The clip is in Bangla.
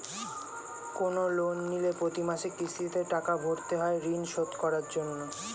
কোন লোন নিলে প্রতি মাসে কিস্তিতে টাকা ভরতে হয় ঋণ শোধ করার জন্য